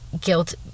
guilt